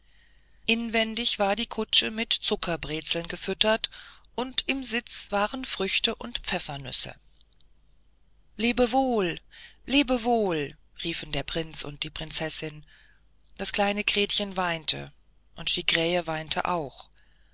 inwendig war die kutsche mit zuckerbrezeln gefüttert und im sitze waren früchte und pfeffernüsse lebe wohl lebe wohl riefen der prinz und die prinzessin das kleine gretchen weinte und die krähe weinte auch